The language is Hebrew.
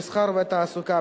המסחר והתעסוקה,